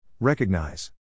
Recognize